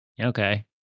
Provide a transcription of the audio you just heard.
Okay